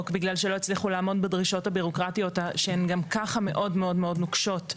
בגלל שלא הצליחו לעמוד בדרישות הבירוקרטיות שהן גם ככה מאוד מאוד נוקשות,